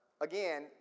again